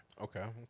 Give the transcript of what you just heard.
okay